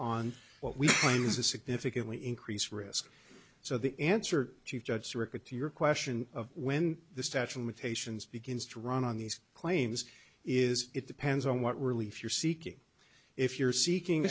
on what we find is a significantly increased risk so the answer to judge sirica to your question of when the statue of patients begins to run on these claims is it depends on what relief you're seeking if you're seeking